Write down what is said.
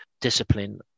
discipline